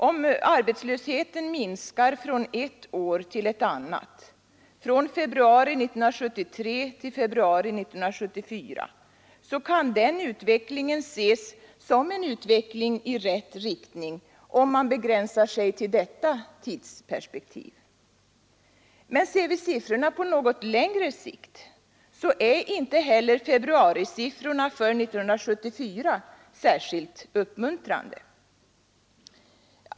Om arbetslösheten minskar från ett år till ett annat, från februari 1973 till februari 1974, kan den utvecklingen ses som en utveckling i rätt riktning om man begränsar sig till detta tidsperspektiv. Men ser vi siffrorna på något längre sikt är inte heller februarisiffrorna för 1974 särskilt uppmuntrande.